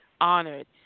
honored